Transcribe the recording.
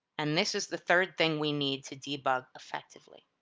and this is the third thing we need to debug effectively.